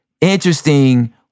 interesting